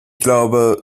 glaube